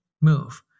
move